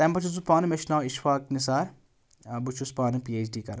تَمہِ پَتہٕ چھُس بہٕ پانہٕ مےٚ چھُ ناو اِشفاق نثار بہٕ چھُس پانہٕ پی اٮ۪چ ڈی کَران